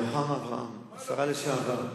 רוחמה אברהם, השרה לשעבר,